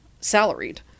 salaried